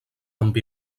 amb